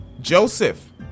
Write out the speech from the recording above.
Joseph